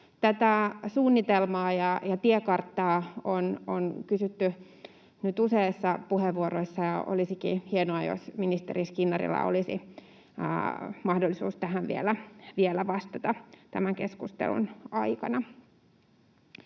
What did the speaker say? Tätä suunnitelmaa ja tiekarttaa on kysytty nyt useissa puheenvuoroissa, ja olisikin hienoa, jos ministeri Skinnarilla olisi mahdollisuus tähän vielä vastata tämän keskustelun aikana.